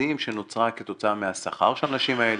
מסים שנוצרה כתוצאה מהשכר של האנשים האלה,